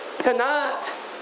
tonight